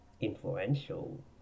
influential